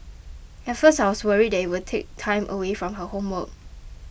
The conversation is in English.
at first I was worried that it would take time away from her homework